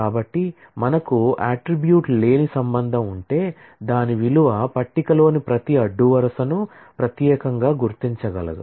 కాబట్టి మనకు అట్ట్రిబ్యూట్ లేని రిలేషన్ ఉంటే దాని విలువ పట్టికలోని ప్రతి అడ్డు వరుసను ప్రత్యేకంగా గుర్తించగలదు